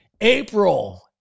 April